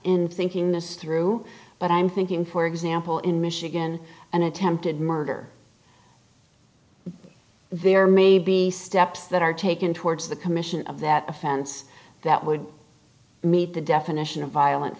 in thinking this through but i'm thinking for example in michigan and attempted murder there may be steps that are taken towards the commission of that offense that would meet the definition of violent